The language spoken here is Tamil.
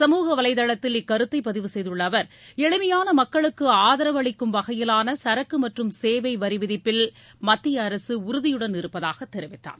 சமூக வலைத்தளத்தில் இக்கருத்தை பதிவு செய்துள்ள அவர் எளிமையான மக்களுக்கு ஆதரவு அளிக்கும் வகையிலான சரக்கு மற்றும் சேவை வரி விதிப்பில் மத்திய அரசு உறுதியுடன் இருப்பதாக தெரிவித்தார்